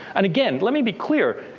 and again, let me be clear.